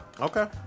Okay